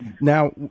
Now